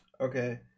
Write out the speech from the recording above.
Okay